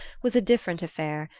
was a different affair,